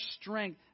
strength